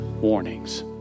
warnings